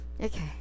okay